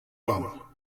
houarn